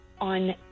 on